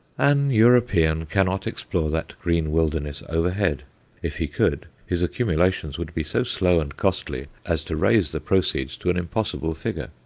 an european cannot explore that green wilderness overhead if he could, his accumulations would be so slow and costly as to raise the proceeds to an impossible figure.